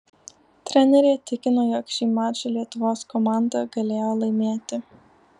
trenerė tikino jog šį mačą lietuvos komanda galėjo laimėti